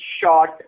Short